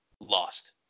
Lost